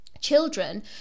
children